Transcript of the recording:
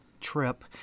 trip –